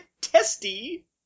testy